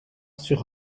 sur